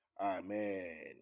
Amen